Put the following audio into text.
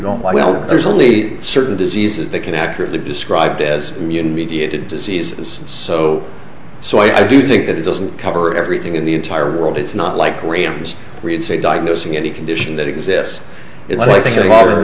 don't like well there's only certain diseases that can accurately be described as immune mediated disease so so i do think that it doesn't cover everything in the entire world it's not like koreans read say diagnosing any condition that exists i